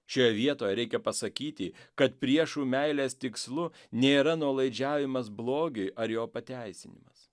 šioje vietoje reikia pasakyti kad priešų meilės tikslu nėra nuolaidžiavimas blogiui ar jo pateisinimas